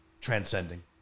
transcending